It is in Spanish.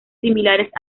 similares